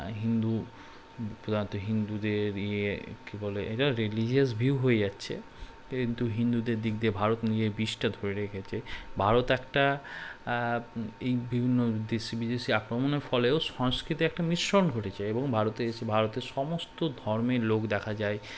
হিন্দু প্রধানত হিন্দুদের ইয়ে কী বলে এটা রিলিজিয়াস ভিউ হয়ে যাচ্ছে কিন্তু হিন্দুদের দিক দিয়ে ভারত নিজের বিজটা ধরে রেখেছে ভারত একটা এই বিভিন্ন দেশি বিদেশি আক্রমণের ফলেও সংস্কৃতি একটা মিশ্রণ ঘটেছে এবং ভারতে এসে ভারতের সমস্ত ধর্মের লোক দেখা যায়